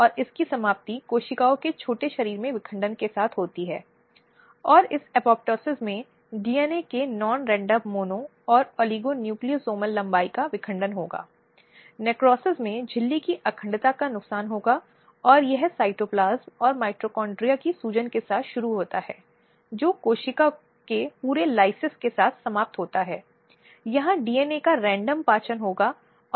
यह इसके अलावा और कुछ भी नहीं दिखता है कि क्या महिलाएं अन्य व्यक्तियों के साथ इस तरह की हरकतों में शामिल रही हैं लेकिन यह नहीं है कि वह यह दिखाने के लिए किया जाता है कि क्या उसके साथ बलात्कार किया गया था